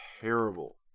terrible